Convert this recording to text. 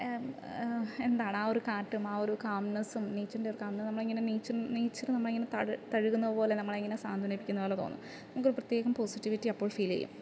എന്താണ് ആ ഒരു കാറ്റും ആ ഒരു കാംമ്നെസ്സും നേച്ചറിൻ്റെ ഒരു കാം നമ്മളെ ഇങ്ങനെ നേച്ചറ് നമ്മൾ എങ്ങനെ തഴുകുന്ന പോലെ നമ്മളെ ഇങ്ങനെ സാന്ത്വനിപ്പിക്കുന്ന പോലെ തോന്നും നമുക്ക് ഒരു പ്രേത്യേകം പോസിറ്റിവിറ്റി അപ്പോൾ ഫിൽ ചെയ്യും